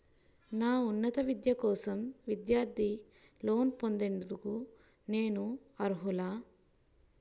నా ఉన్నత విద్య కోసం విద్యార్థి లోన్ పొందేందుకు నేను అర్హులా?